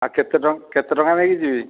ଆଉ କେତେ କେତେ ଟଙ୍କା ନେଇକି ଯିବି